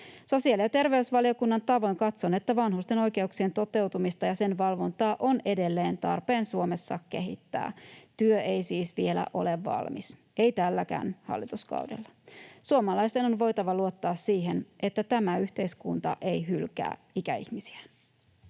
Sosiaali- ja terveysvaliokunnan tavoin katson, että vanhusten oikeuksien toteutumista ja sen valvontaa on edelleen tarpeen Suomessa kehittää. Työ ei siis vielä ole valmis, ei tälläkään hallituskaudella. Suomalaisten on voitava luottaa siihen, että tämä yhteiskunta ei hylkää ikäihmisiä.